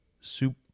soup